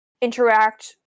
interact